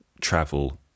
travel